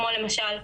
כמו למשל,